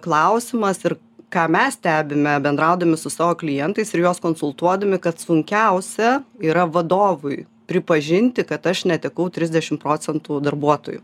klausimas ir ką mes stebime bendraudami su savo klientais ir juos konsultuodami kad sunkiausia yra vadovui pripažinti kad aš netekau trisdešim procentų darbuotojų